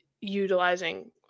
utilizing